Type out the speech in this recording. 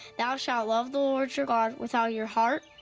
thou shalt love the lord your god with all your heart,